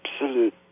absolute